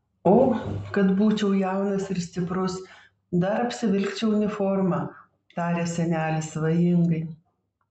o kad būčiau jaunas ir stiprus dar apsivilkčiau uniformą tarė senelis svajingai